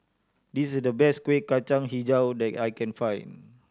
this is the best Kuih Kacang Hijau that I can find